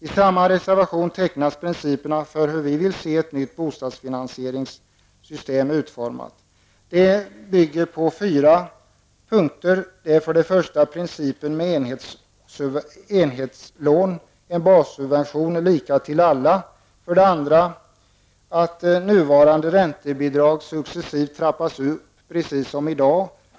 I samma reservation tecknas också principerna för hur vi vill se en ny bostadsfinansiering utformad. Förslaget bygger på fyra punkter: För det första en princip med enhetslån, en bassubvention som är lika för alla. För det andra att det nuvarande räntebidraget successivt trappas upp, precis som i dag.